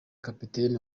kapiteni